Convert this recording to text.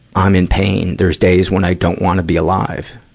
i'm in pain. there's days when i don't wanna be alive.